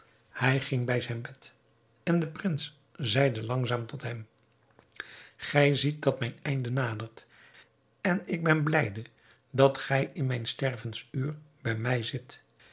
hij ging bij zijn bed en de prins zeide langzaam tot hem gij ziet dat mijn einde nadert en ik ben blijde dat gij in mijn stervensuur bij mij zijt